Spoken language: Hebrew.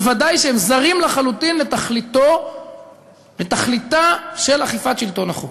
ודאי שהם זרים לחלוטין לתכליתה של אכיפת שלטון החוק.